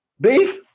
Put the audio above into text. Beef